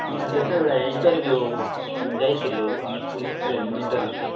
ଆମେ ଯେତେବେଳେ ଇଣ୍ଟରଭିୟୁ ଯାଇଥିଲୁ ଆମର ପୋଲିସ ଟ୍ରେନିଂ ଇଣ୍ଟରଭିୟୁରେ